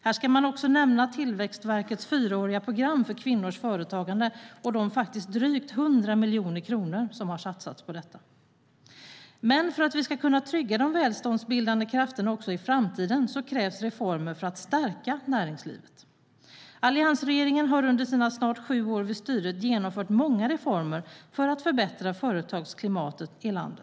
Här ska också nämnas Tillväxtverkets fyraåriga program för kvinnors företagande och de drygt 100 miljoner kronor som satsats på detta. För att vi ska kunna trygga de välståndsbildande krafterna också i framtiden krävs reformer som stärker näringslivet. Alliansregeringen har under sina snart sju år vid styret genomfört många reformer för att förbättra företagsklimatet i landet.